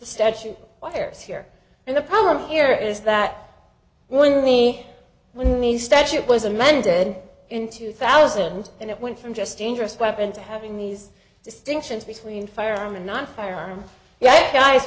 there's here and the problem here is that when me when the statute was amended in two thousand and it went from just dangerous weapon to having these distinctions between firearm and not firearm yet guys